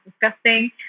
disgusting